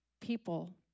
people